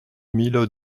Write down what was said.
mille